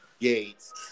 Gates